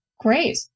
Great